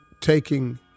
taking